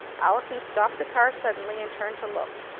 allison stopped the car suddenly, and turned to look.